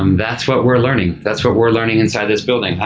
um that's what we're learning. that's what we're learning inside this building.